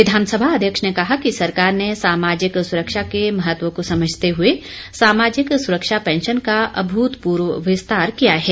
विधानसभा अध्यक्ष ने कहा कि सरकार ने सामाजिक सुरक्षा के महत्व को समझते हुए सामाजिक सुरक्षा पैंशन का अभूतपूर्व विस्तार किया है